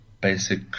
basic